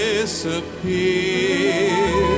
Disappear